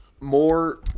More